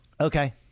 Okay